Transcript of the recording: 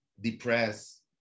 depressed